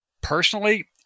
personally